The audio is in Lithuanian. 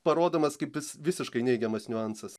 parodomas kaip jis visiškai neigiamas niuansas